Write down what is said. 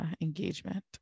engagement